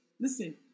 listen